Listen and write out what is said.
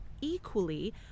equally